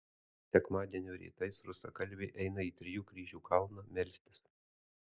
sekmadienio rytais rusakalbiai eina į trijų kryžių kalną melstis